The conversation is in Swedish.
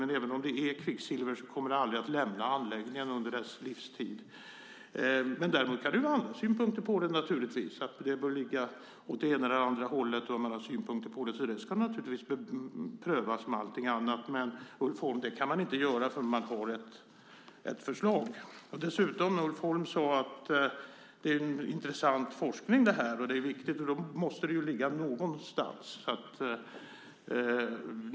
Men även om det blir kvicksilver kommer det aldrig att lämna anläggningen under dess livstid. Däremot kan du ha andra synpunkter naturligtvis, att anläggningen bör ligga åt det ena eller andra hållet. Det ska naturligtvis prövas som allting annat. Men, Ulf Holm, det kan man inte göra förrän man har ett förslag. Dessutom sade Ulf Holm att det här är intressant forskning. Den är viktig. Då måste den ligga någonstans.